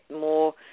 more